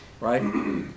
right